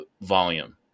volume